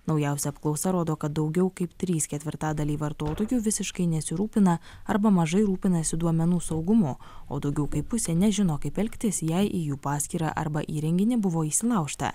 naujausia apklausa rodo kad daugiau kaip trys ketvirtadaliai vartotojų visiškai nesirūpina arba mažai rūpinasi duomenų saugumu o daugiau kaip pusė nežino kaip elgtis jei į jų paskyrą arba įrenginį buvo įsilaužta